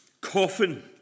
coffin